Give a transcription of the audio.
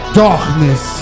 darkness